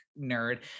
nerd